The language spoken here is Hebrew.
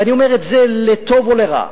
ואני אומר את זה לטוב ולרע.